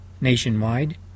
nationwide